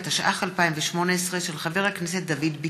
התשע"ח 2018, מאת חברת הכנסת מירב בן ארי,